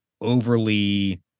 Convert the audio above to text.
overly